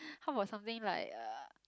how about something like uh